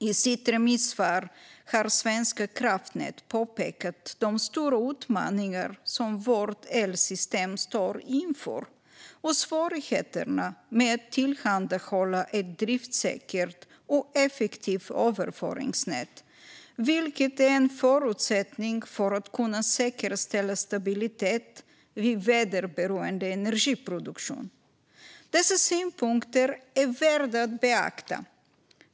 I sitt remissvar har Svenska kraftnät pekat på de stora utmaningar som vårt elsystem står inför och svårigheterna med att tillhandhålla ett driftssäkert och effektivt överföringsnät, vilket är en förutsättning för att kunna säkerställa stabilitet vid väderberoende energiproduktion. Dessa synpunkter är värda att beakta.